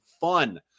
fun